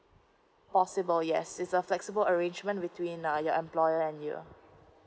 possible yes it's a flexible arrangement between uh your employer and you